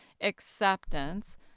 acceptance